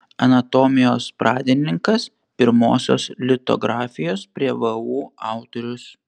anatomijos pradininkas pirmosios litografijos prie vu autorius